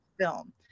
film